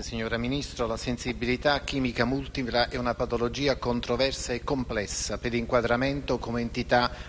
Signor Ministro, la sensibilità chimica multipla è una patologia controversa e complessa per l'inquadramento come entità ben